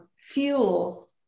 fuel